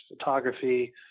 photography